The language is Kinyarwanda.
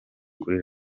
kuri